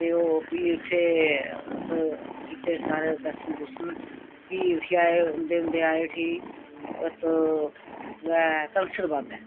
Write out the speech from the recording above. ते ओह् फ्ही उत्थें कीते सारें दर्शन दुर्शन फ्ही उट्ठियै आए औंदे औंदे आए उठी अत्त उ'यै धनसर बाबै